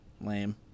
Lame